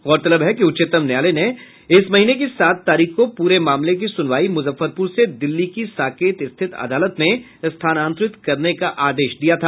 गौरतलब है कि उच्चतम न्यायालय ने इस महीने की सात तारीख को पूरे मामले की सुनवाई मुजफ्फरपुर से दिल्ली की साकेत स्थित अदालत में स्थानांतरित करने का आदेश दिया था